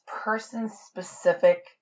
person-specific